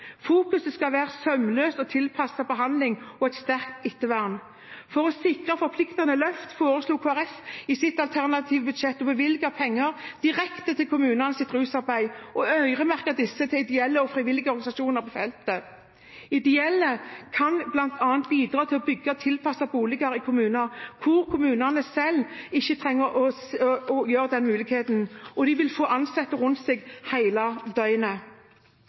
Fokuset skal være på sømløs og tilpasset behandling og et sterkt ettervern. For å sikre et forpliktende løft foreslo Kristelig Folkeparti i sitt alternative budsjett å bevilge pengene direkte til kommunenes rusarbeid og øremerke dem til ideelle og frivillige organisasjoner på feltet. Ideelle kan bl.a. bidra til å bygge tilpassede boliger i kommuner hvor kommunen selv ikke har den muligheten, og de rusavhengige vil ha ansatte rundt seg hele døgnet.